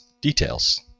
details